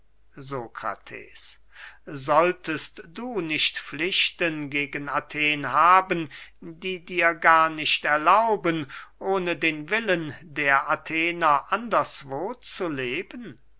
sokrates solltest du nicht pflichten gegen athen haben die dir gar nicht erlauben ohne den willen der athener anderswo zu leben